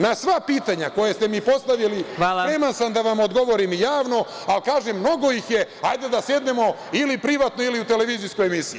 Na sva pitanja koja ste mi postavili spreman sam da vam odgovorim javno, ali mnogo ih je, hajde da sednemo ili privatno ili u televizijskoj emisiji.